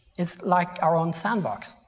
it's like our own sandbox,